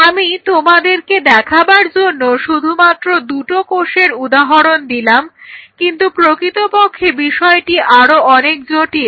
আমি তোমাদেরকে দেখাবার জন্য শুধুমাত্র দুটো কোষের উদাহরণ দিলাম কিন্তু প্রকৃতপক্ষে বিষয়টি আরো অনেক জটিল